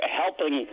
helping